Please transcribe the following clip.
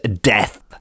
death